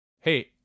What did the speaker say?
Hey